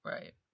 Right